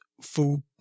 food